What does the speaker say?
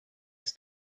his